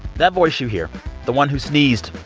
that voice you hear the one who sneezed,